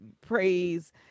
praise